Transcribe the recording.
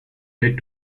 led